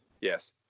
Yes